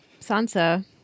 Sansa